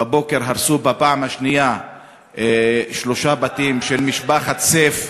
בבוקר הרסו בפעם השנייה שלושה בתים של משפחת סיף,